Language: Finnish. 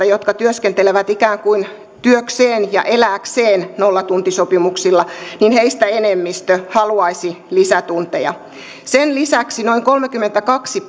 jotka työskentelevät ikään kuin työkseen ja elääkseen nollatuntisopimuksilla enemmistö haluaisi lisätunteja sen lisäksi noin kolmekymmentäkaksi